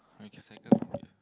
or we can cycle from here